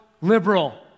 liberal